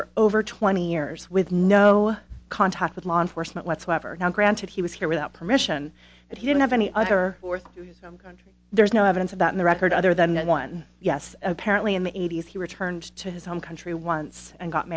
for over twenty years with no contact with law enforcement whatsoever now granted he was here without permission that he didn't have any other work and there's no evidence of that in the record other than that one yes apparently in the eighty's he returned to his home country once and got